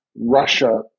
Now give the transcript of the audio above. Russia